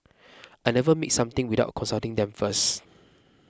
I never make something without consulting them first